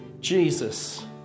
Jesus